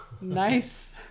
nice